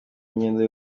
imyenda